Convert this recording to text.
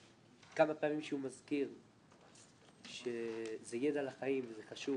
כמה פעמים שהוא מזכיר שזה ידע לחיים וזה חשוב